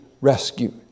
rescued